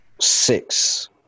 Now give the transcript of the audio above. Six